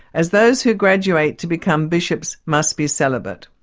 as those who graduate to become bishops must be celibate.